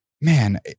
Man